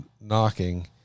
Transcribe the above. knocking